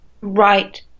Right